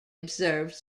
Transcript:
observed